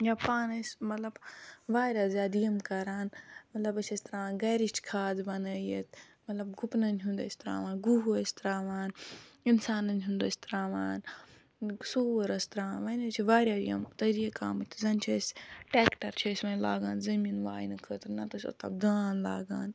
یا پانہٕ ٲسۍ مطلب واریاہ زیادٕ یِم کَران مطلب بہٕ چھَس ترٛاوان گَرِچ کھاد بَنٲوِتھ مطلب گُپنَن ہُنٛد أسۍ ترٛاوان گُہہ ٲسۍ ترٛاوان اِنسانَن ہُنٛد أسۍ ترٛاوان سوٗر ٲسۍ ترٛاوان وۄنۍ حظ چھِ واریاہ یِم طٔریٖقہٕ آمٕتۍ زن چھِ أسۍ ٹٮ۪کٹَر چھِ أسۍ وۄنۍ لاگان زٔمیٖن واینہٕ خٲطرٕ نَتہٕ ٲسۍ اوٚتام دانٛد لاگان